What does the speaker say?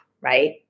right